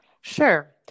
Sure